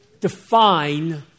define